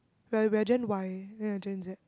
we're we're Gen-Y they're Gen-Z